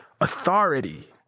authority